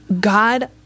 God